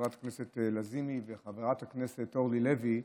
חברת כנסת לזימי וחברת הכנסת אורלי לוי.